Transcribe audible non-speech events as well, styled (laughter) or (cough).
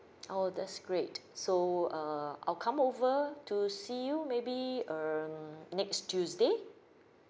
(noise) oh that's great so err I'll come over to see you maybe um next tuesday